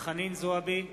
חנין זועבי,